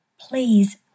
Please